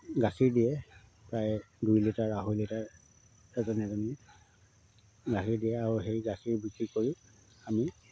গাখীৰ দিয়ে প্ৰায় দুই লিটাৰ আঢ়ৈ লিটাৰ এজনী এজনীয়ে গাখীৰ দিয়ে আৰু সেই গাখীৰ বিক্ৰী কৰি আমি